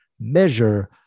measure